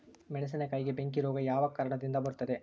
ಮೆಣಸಿನಕಾಯಿಗೆ ಬೆಂಕಿ ರೋಗ ಯಾವ ಕಾರಣದಿಂದ ಬರುತ್ತದೆ?